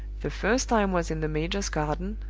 the first time was in the major's garden,